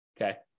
okay